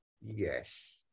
Yes